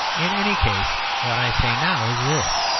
in any case, what i say now is this.